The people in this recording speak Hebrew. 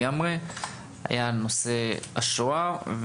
היה נושא השואה.